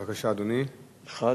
בבקשה, אדוני,